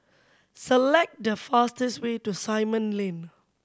select the fastest way to Simon Lane